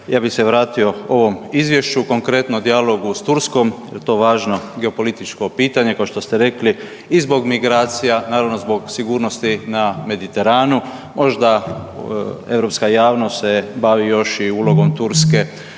Ja bi se vratio ovom izvješću, konkretno dijalogu s Turskom jer je to važno geopolitičko pitanje, kao što ste rekli i zbog migracija, naravno zbog sigurnosti na Mediteranu, možda europska javnost se bavi još i ulogom Turske